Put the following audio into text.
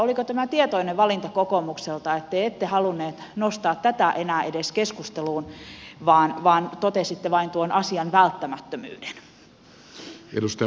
oliko tämä tietoinen valinta kokoomukselta että te ette halunneet nostaa tätä enää edes keskusteluun vaan totesitte vain tuon asian välttämättömyyden